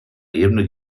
ebene